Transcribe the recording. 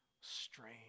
strange